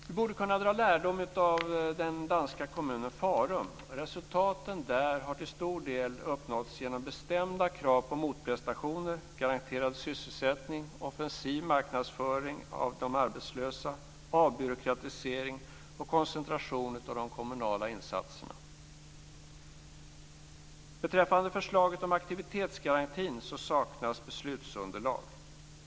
Vi borde kunna dra lärdom från den danska kommunen Farum. Resultaten där har till stor del uppnåtts genom bestämda krav på motprestationer, garanterad sysselsättning, offensiv marknadsföring av de arbetslösa, avbyråkratisering och koncentration av de kommunala insatserna. Beträffande förslaget om aktivitetsgarantin vill jag säga att det saknas beslutsunderlag.